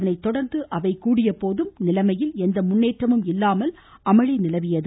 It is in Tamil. அதனை தொடர்ந்து அவை கூடியபோது நிலைமையில் எந்த முன்னேற்றமும் இல்லாமல் அமளி நிலவியது